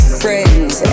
friends